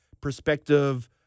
perspective